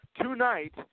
tonight